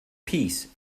peace